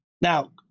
Now